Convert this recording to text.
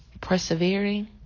persevering